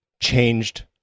changed